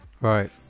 Right